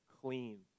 clean